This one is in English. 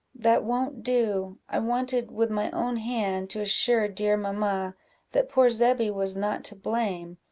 that won't do i wanted, with my own hand, to assure dear mamma that poor zebby was not to blame,